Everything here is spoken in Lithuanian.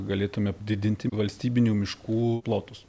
galėtume didinti valstybinių miškų plotus